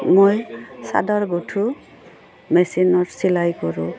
মই চাদৰ গোঁঠো মেচিনত চিলাই কৰোঁ